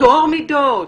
בטוהר מידות,